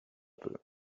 peu